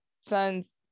son's